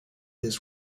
his